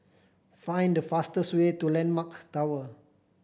find the fastest way to Landmark Tower